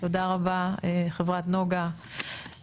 תודה רבה, חברת נגה;